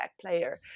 player